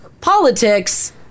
politics